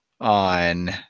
on